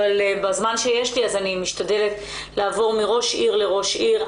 אבל בזמן שיש לי אני משתדלת לעבור מראש עיר לראש עיר,